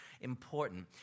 important